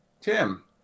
tim